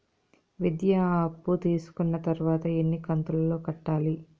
విద్య అప్పు తీసుకున్న తర్వాత ఎన్ని కంతుల లో కట్టాలి?